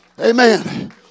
Amen